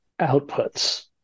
outputs